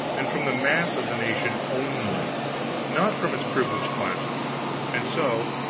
and from the mass of the nation only not from its privileged classes and so,